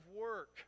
work